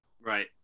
Right